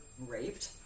raped